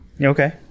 okay